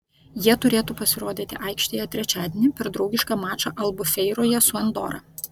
jie turėtų pasirodyti aikštėje trečiadienį per draugišką mačą albufeiroje su andora